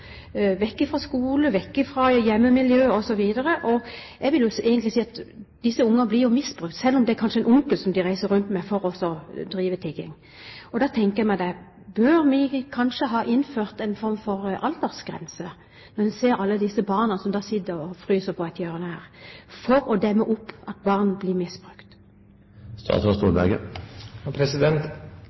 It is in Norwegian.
vekk fra skole, vekk fra hjemmemiljø osv. Jeg vil egentlig si at disse barna blir misbrukt – selv om det kanskje er en onkel de reiser rundt med for å bedrive tigging. Da tenker jeg: Bør vi kanskje innføre en aldersgrense – når en ser alle disse barna som sitter og fryser på et hjørne her – for å demme opp for at barn blir